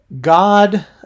God